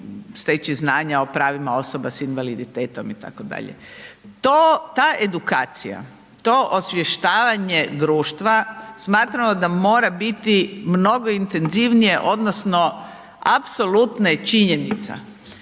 steći znanja o pravima osoba s invaliditetom itd. Ta edukacija, to osvještavanje društva smatramo da mora biti mnogo intenzivnije odnosno apsolutno je činjenica